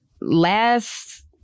Last